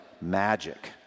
magic